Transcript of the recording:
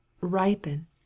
ripen